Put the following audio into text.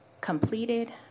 completed